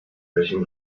welchem